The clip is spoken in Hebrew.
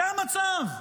זה המצב.